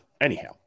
Anyhow